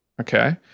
okay